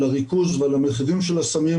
על הריכוז ועל המחירים של הסמים,